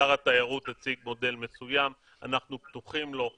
שר התיירות הציג מודל מסוים ואנחנו פתוחים לו.